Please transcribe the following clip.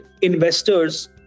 investors